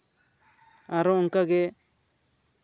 ᱟᱨᱚ ᱚᱱᱠᱟᱜᱮ